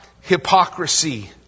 hypocrisy